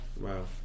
Wow